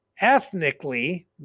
ethnically